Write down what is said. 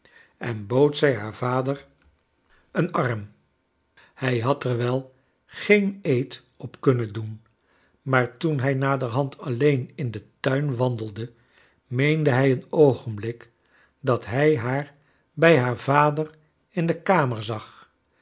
en bood zij haar vachaeles dickens dcr een arm hij had er wel geen eed op kunnen doen maar toen hij naderhand alleen in den tuin wandeide meende hij een oogenblik dat hij haar bij haar vader in de kamer zag